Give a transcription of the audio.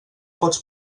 pots